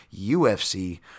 UFC